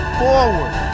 forward